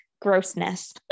grossness